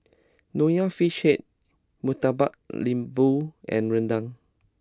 Nonya Fish Head Murtabak Lembu and Rendang